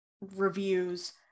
reviews